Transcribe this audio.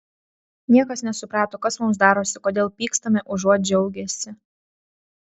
niekas nesuprato kas mums darosi kodėl pykstame užuot džiaugęsi